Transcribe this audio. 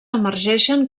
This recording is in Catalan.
emergeixen